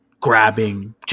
grabbing